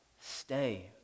stay